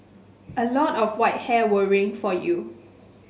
a lot of white hair worrying for you